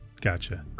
gotcha